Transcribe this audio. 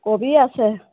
কবি আছে